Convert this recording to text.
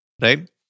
Right